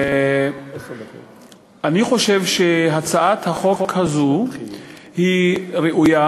אני חושב שהצעת החוק הזו היא ראויה,